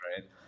right